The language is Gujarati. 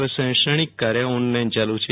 પણ શૈક્ષણિક કાર્ય ઓનલાઈન ચાલુ છે